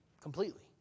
completely